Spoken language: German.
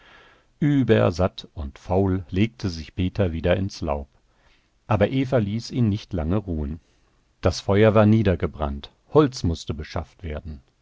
allerlei übersatt und faul legte sich peter wieder ins laub aber eva ließ ihn nicht lange ruhen das feuer war niedergebrannt holz mußte beschafft werden